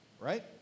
Right